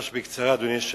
ממש בקצרה, אדוני היושב-ראש.